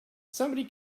somebody